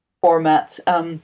format